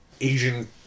Asian